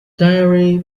diary